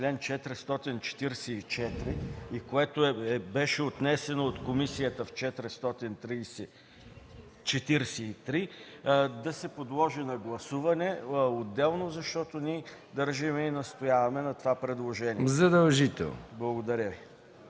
444 и което беше отразено от комисията в чл. 443, да се подложи на гласуване отделно, защото ние държим и настояваме на това предложение. Благодаря Ви.